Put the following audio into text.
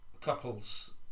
couples